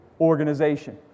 organization